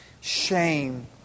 Shame